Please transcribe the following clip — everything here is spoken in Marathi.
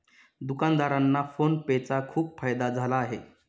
दुकानदारांना फोन पे चा खूप फायदा झाला आहे